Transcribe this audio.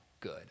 good